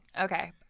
Okay